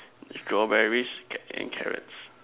strawberries get and carrots